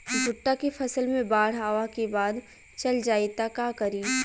भुट्टा के फसल मे बाढ़ आवा के बाद चल जाई त का करी?